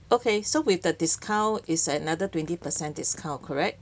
okay so with the discount is another twenty percent discount correct